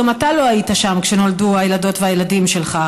גם אתה לא היית שם כשנולדו הילדות והילדים שלך,